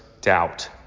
doubt